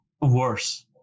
worse